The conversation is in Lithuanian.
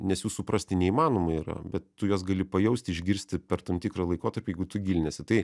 nes jų suprasti neįmanoma yra bet tu juos gali pajausti išgirsti per tam tikrą laikotarpį jeigu tu gilinies į tai